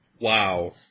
Wow